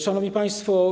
Szanowni Państwo!